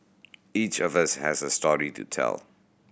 each of us has a story to tell